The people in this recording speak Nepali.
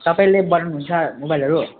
तपाईँले बनाउनु हुन्छ मोबाइलहरू